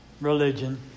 religion